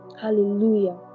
Hallelujah